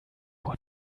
what